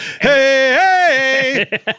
Hey